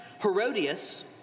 Herodias